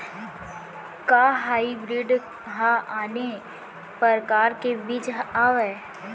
का हाइब्रिड हा आने परकार के बीज आवय?